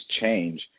change